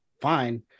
fine